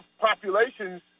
populations